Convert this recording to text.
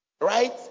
Right